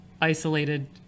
isolated